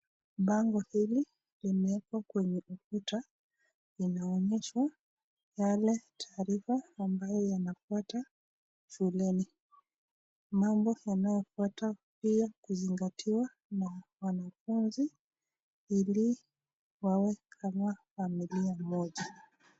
Bango hili limeekwa kwenye ukuta inaonyesha yale taarifa ambayo yanafuatwa shuleni. Mambo yanayafuata pia kuzingatiwa na wanafunzi ili wawe kama familia moja.